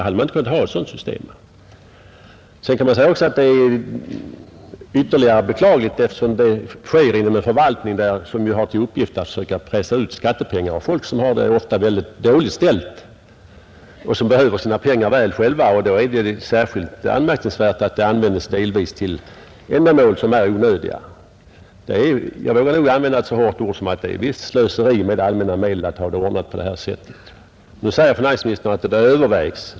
Sedan kan det sägas att den orationella ordningen är ännu mer beklaglig därför att den tillämpas inom en förvaltning som har till uppgift att försöka pressa ut skattepengar av folk som ofta har det väldigt dåligt ställt och som själva behöver sina pengar. Det är då särskilt anmärkningsvärt att de medel man får in delvis används till ändamål som är onödiga. Jag vågar nog använda ett så hårt ord som att det är slöseri med allmänna medel att ha det ordnat på det här sättet. Finansministern sade att frågan övervägs.